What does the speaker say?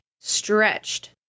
stretched